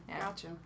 gotcha